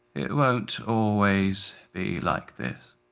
it won't always be like this.